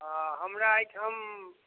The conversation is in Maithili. हॅं हमरा एहिठाम